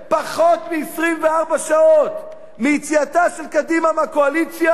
פחות מ-24 שעות מיציאתה של קדימה מהקואליציה,